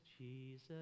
Jesus